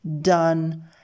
done